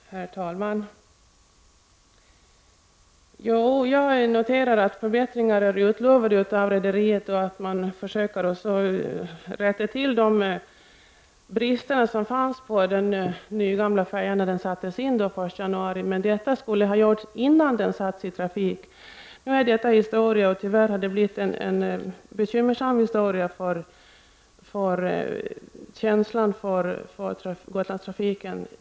Herr talman! Jag noterar att förbättringar är utlovade av rederiet och att man försöker att komma till rätta med de brister som fanns på den nygamla färjan när den sattes in den 1 januari. Men detta skulle ha gjorts innan den sattes i trafik. Nu är detta historia, och tyvärr har inställningen till Gotlandstrafiken blivit bekymmersam.